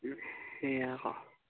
সেয়া আকৌ